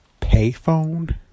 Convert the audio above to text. payphone